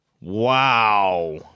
Wow